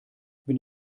bin